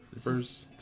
First